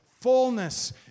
fullness